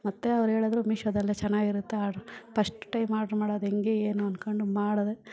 ಮತ್ತು ಅವ್ರು ಹೇಳದ್ರು ಮೀಶೋದಲ್ಲೇ ಚೆನ್ನಾಗಿರುತ್ತೆ ಆರ್ಡ್ರ್ ಪಶ್ಟ್ ಟೈಮ್ ಆರ್ಡ್ರ್ ಮಾಡೋದು ಹೆಂಗೆ ಏನು ಅನ್ಕೊಂಡು ಮಾಡಿದೆ